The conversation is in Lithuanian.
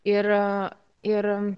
ir ir